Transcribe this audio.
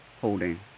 holding